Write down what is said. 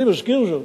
אני מזכיר זאת